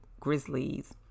grizzlies